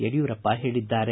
ಯಡಿಯೂರಪ್ಪ ಹೇಳಿದ್ದಾರೆ